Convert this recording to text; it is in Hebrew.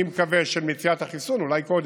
אני מקווה, של מציאת החיסון, אולי קודם,